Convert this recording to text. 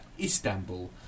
Istanbul